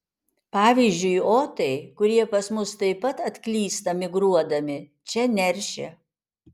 pavyzdžiui otai kurie pas mus taip pat atklysta migruodami čia neršia